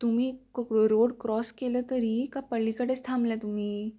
तुम्ही क road cross केलं तरी का पलीकडेच थांबल्या तुम्ही